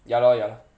ya lor ya lah